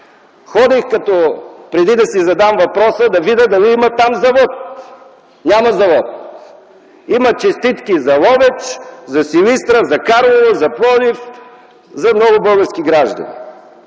септември. Преди да си задам въпроса ходих, за да видя дали има там завод. Няма завод. Има честитки за Ловеч, за Силистра, за Карлово, за Пловдив, за много български граждани.